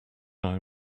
eye